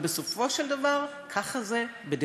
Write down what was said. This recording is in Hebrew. אבל בסופו של דבר, ככה זה בדמוקרטיה: